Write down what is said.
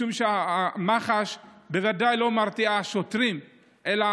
משום שמח"ש בוודאי לא מרתיעה שוטרים אלא